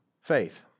faith